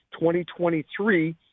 2023